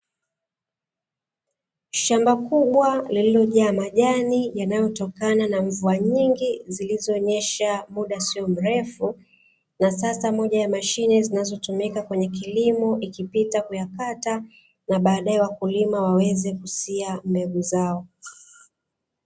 Shamba kubwa lililojaa majani yanayotokana na mvua nyingi zilizonyesha muda siyo mrefu na sasa moja ya mashine zinazotumika kwenye kilimo ikipita kuyakata na badae wakulima waweze kusia mbegu zao.